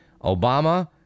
Obama